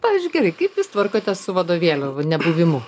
pavyzdžiui gerai kaip jūs tvarkotės su vadovėlių nebuvimu